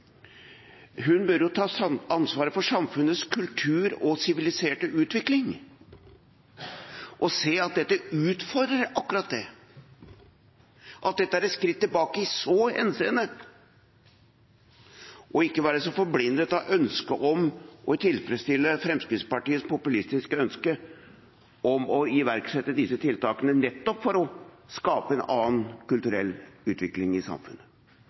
her, bør ta ansvaret for samfunnets kultur og siviliserte utvikling og se at dette utfordrer akkurat det, at dette er et skritt tilbake i så henseende, og ikke være så forblindet av ønsket om å tilfredsstille Fremskrittspartiets populistiske ønske om å iverksette disse tiltakene nettopp for å skape en annen kulturell utvikling i samfunnet.